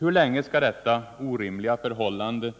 Hur länge skall detta orimliga förhållande,